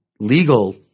legal